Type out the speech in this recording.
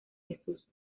jesús